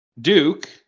Duke